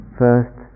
first